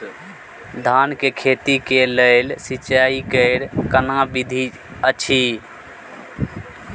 धान के खेती के लेल सिंचाई कैर केना विधी अछि?